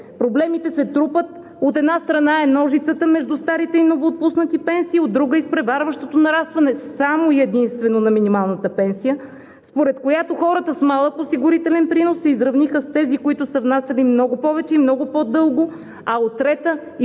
Проблемите се трупат, от една страна, е ножицата между старите и новоотпуснати пенсии, а от друга – изпреварващото нарастване само и единствено на минималната пенсия, според която хората с малък осигурителен принос се изравняват с тези, които са внасяли много повече и много по-дълго, а от трета –